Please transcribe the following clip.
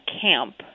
camp